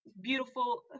beautiful